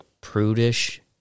prudish